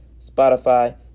Spotify